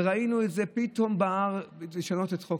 וראינו את זה: פתאום בער לשנות חוק